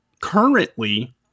Currently